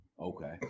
Okay